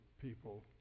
people